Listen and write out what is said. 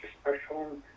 special